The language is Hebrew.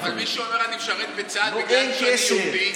אבל מי שאומר: אני משרת בצה"ל בגלל שאני יהודי?